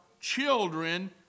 children